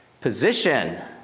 position